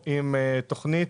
נותנים.